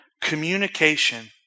Communication